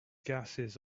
gases